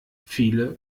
viele